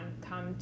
come